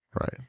right